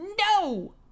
no